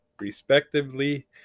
respectively